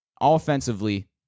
offensively